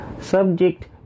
subject